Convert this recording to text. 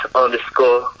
underscore